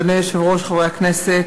אדוני היושב-ראש, חברי הכנסת,